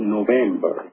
November